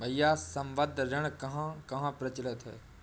भैया संबंद्ध ऋण कहां कहां प्रचलित है?